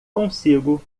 consigo